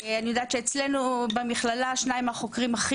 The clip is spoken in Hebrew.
אני יודעת שאצלנו במכללה שניים מהחוקרים הכי